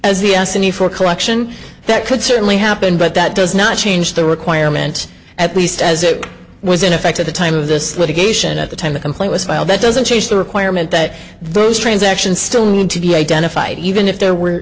you for collection that could certainly happen but that does not change the requirement at least as it was in effect at the time of this litigation at the time the complaint was filed that doesn't change the requirement that those transactions still need to be identified even if there were